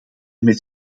met